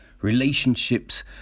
Relationships